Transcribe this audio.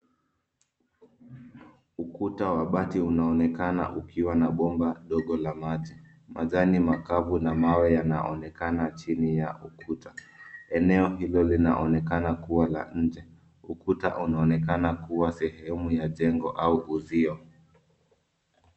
Ukuta wa bati unaonekana ukiwa na bomba dogo la maji. Majani makavu na mawe yanaonekana chini ya ukuta. Eneo hilo linaonekana kuwa la nje. Ukuta unaonekana kuwa sehemu ja jengo au uuzio.